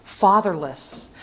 fatherless